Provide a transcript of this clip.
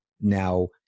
Now